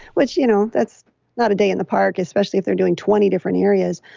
which you know that's not a day in the park, especially if they're doing twenty different areas.